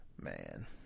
Man